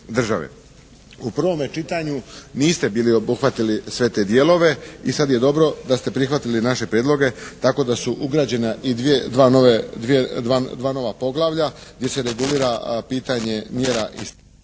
U prvome čitanju niste bili obuhvatili sve te dijelove i sad je dobro da ste prihvatili naše prijedloge tako da su ugrađena dva nova poglavlja gdje se regulira pitanje mjera …/Prekid